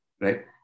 right